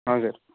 ஆ sir